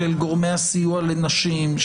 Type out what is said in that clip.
של גורמי הסיוע לנשים,